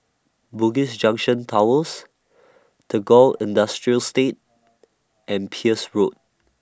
Bugis Junction Towers Tagore Industrial Estate and Peirce Road